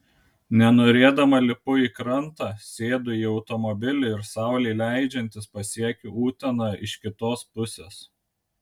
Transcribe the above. nenorėdama lipu į krantą sėdu į automobilį ir saulei leidžiantis pasiekiu uteną iš kitos pusės